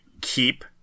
keep